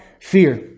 fear